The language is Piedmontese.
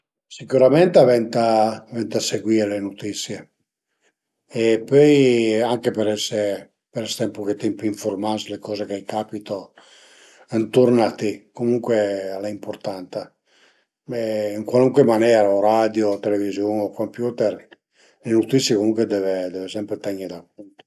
Sicürament a venta seguì le nutisie e pöi anche për ese, për ste ën puchetin pi infurmà s'le coze che a i capita ënturn a ti, comuncue al e impurtanta ën cualuncue manera, o radio o televiziun o computer, le nutisie deve sempre tenie da cunt